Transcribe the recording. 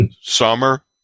Summer